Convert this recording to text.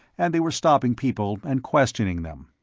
and they were stopping people and questioning them.